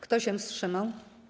Kto się wstrzymał?